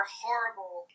horrible